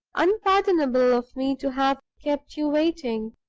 unpardonable of me to have kept you waiting.